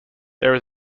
there